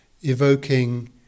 evoking